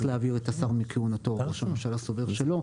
להעביר את השר מכהונתו למרות שראש הממשלה סובר שלא,